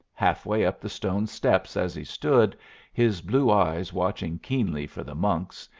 half-way up the stone steps as he stood his blue eyes watching keenly for the monks,